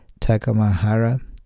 Takamahara